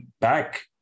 back